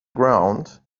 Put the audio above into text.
ground